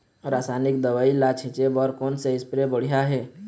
रासायनिक दवई ला छिचे बर कोन से स्प्रे बढ़िया हे?